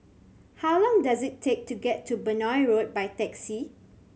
how long does it take to get to Benoi Road by taxi